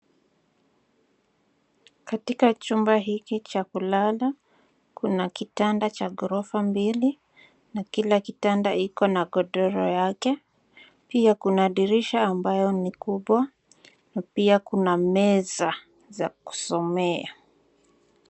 Katika chumba hiki cha kulala kuna kitanda cha ghorofa mbili na kila kitanda iko na godoro yake. Pia kuna dirisha ambayo ni kubwa, pia kuna meza za kusomea.